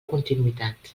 continuïtat